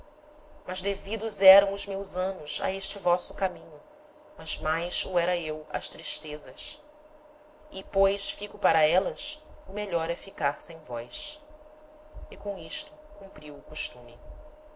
mas devidos eram os meus anos a este vosso caminho mas mais o era eu ás tristezas e pois fico para élas o melhor é ficar sem vós e com isto cumpriu o costume